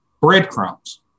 breadcrumbs